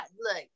Look